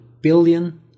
billion